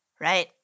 right